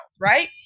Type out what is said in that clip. right